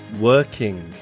working